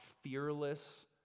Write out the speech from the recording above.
fearless